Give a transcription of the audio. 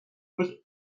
with